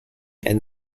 and